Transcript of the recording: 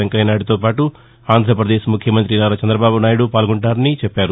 వెంకయ్య నాయుడుతో పాటు ఆంధ్రప్రదేశ్ ముఖ్యమంతి నారా చంద్రబాబు నాయుడు పాల్గొంటారని చెప్పారు